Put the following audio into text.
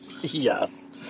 yes